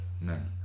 men